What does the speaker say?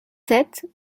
sept